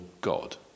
God